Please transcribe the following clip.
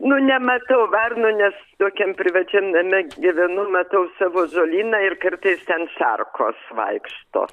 nu nematau varnų nes tokiam privačiam name gyvenu matau savo žolyną ir kartais ten šarkos vaikšto